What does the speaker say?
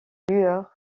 lueurs